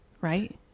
right